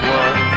one